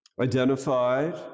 identified